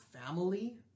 family